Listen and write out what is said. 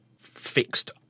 fixed